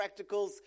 practicals